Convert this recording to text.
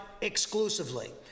exclusively